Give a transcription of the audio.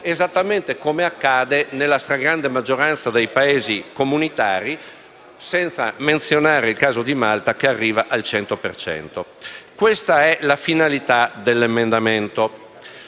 esattamente come accade nella stragrande maggioranza dei Paesi comunitari, senza menzionare il caso di Malta che arriva al 100 per cento. Questo è la finalità degli emendamenti.